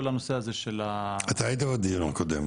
בנוסף, אתמול הייתה לי שיחה אישית,